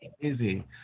Easy